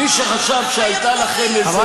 מי שחשב שהייתה לכם איזו מעידה מקרית,